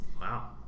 Wow